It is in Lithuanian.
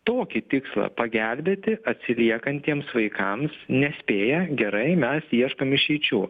tokį tikslą pagelbėti atsiliekantiems vaikams nespėja gerai mes ieškom išeičių